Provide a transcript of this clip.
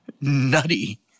nutty